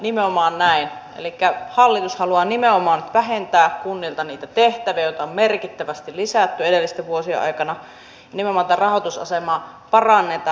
nimenomaan näin elikkä hallitus haluaa nimenomaan vähentää kunnilta niiltä tehtäviä joita on merkittävästi lisätty edellisten vuosien aikana ja nimenomaan tätä rahoitusasemaa parannetaan